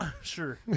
Sure